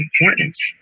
importance